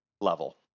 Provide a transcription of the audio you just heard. level